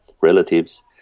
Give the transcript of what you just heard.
relatives